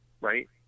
right